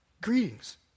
Greetings